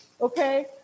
okay